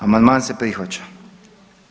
Amandman se prihvaća.